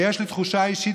ויש לי תחושה אישית,